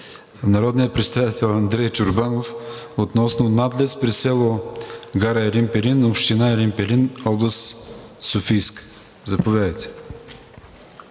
народния представител Андрей Чорбанов относно надлез при село Гара Елин Пелин, община Елин Пелин, Софийска област. Заповядайте.